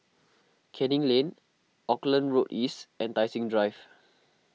Canning Lane Auckland Road East and Tai Seng Drive